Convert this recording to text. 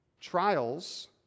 Trials